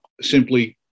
simply